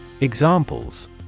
Examples